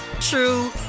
true